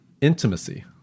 intimacy